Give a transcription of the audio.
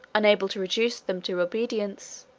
unable to reduce them to obedience,